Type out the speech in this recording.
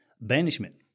banishment